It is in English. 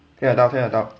听得到听得到